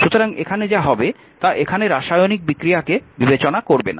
সুতরাং এখানে যা হবে তা এখানে রাসায়নিক বিক্রিয়াকে বিবেচনা করবে না